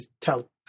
tell